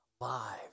alive